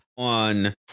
on